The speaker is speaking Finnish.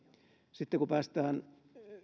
sitten kun päästään